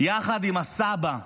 יחד עם הסבא גדעון,